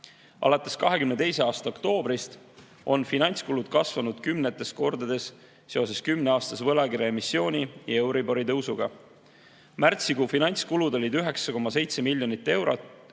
2022. aasta oktoobrist on finantskulud kasvanud kümnetes kordades seoses kümneaastase võlakirja emissiooni ja euribori tõusuga. Märtsikuu finantskulud olid 9,7 miljoni euro